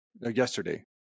yesterday